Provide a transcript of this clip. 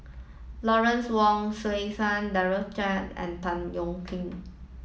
Lawrence Wong Shyun and Tan Yeok Nee